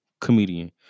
comedian